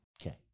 Okay